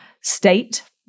state